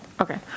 Okay